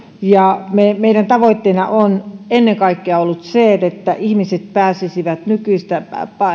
ja meidän tavoitteenamme on ennen kaikkea ollut se että ihmiset pääsisivät nykyistä